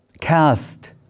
cast